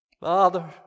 Father